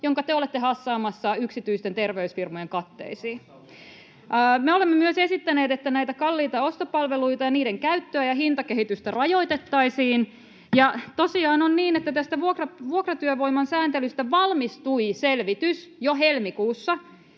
jonka te olette hassaamassa yksityisten terveysfirmojen katteisiin. Me olemme myös esittäneet, että näitä kalliita ostopalveluita ja niiden käyttöä ja hintakehitystä rajoitettaisiin. Ja tosiaan on niin, että tästä vuokratyövoiman sääntelystä valmistui selvitys jo helmikuussa,